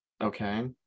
Okay